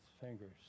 fingers